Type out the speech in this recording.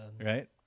right